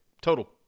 Total